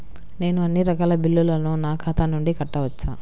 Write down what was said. నేను అన్నీ రకాల బిల్లులను నా ఖాతా నుండి కట్టవచ్చా?